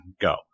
go